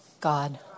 God